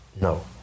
No